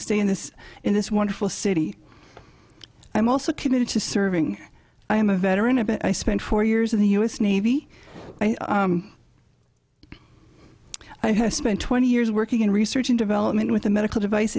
stay in this in this wonderful city i'm also committed to serving i am a veteran a bit i spent four years in the u s navy i have spent twenty years working in research and development with the medical device